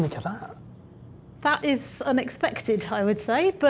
but that? um that is unexpected, i would say. but,